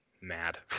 mad